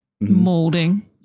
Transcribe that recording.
molding